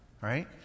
right